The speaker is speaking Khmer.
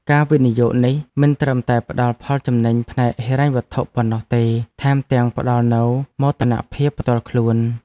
ការវិនិយោគនេះមិនត្រឹមតែផ្តល់ផលចំណេញផ្នែកហិរញ្ញវត្ថុប៉ុណ្ណោះទេថែមទាំងផ្តល់នូវមោទនភាពផ្ទាល់ខ្លួន។